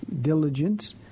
diligence